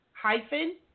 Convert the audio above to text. hyphen